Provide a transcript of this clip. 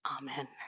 Amen